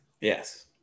Yes